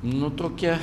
nu tokia